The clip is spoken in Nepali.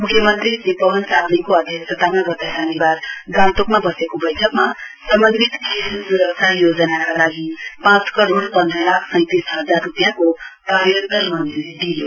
म्ख्यमन्त्री श्री पवन चामलिङको अध्यक्षतामा गत शनिबार गान्तोकमा बसेको बैठकमा समन्वित शिश् सुरक्षा योजनका लागि पाँच करोड पन्द्र लाख सैंतिस हजार रूपियाँको कार्योतर मञ्ज्री दिइयो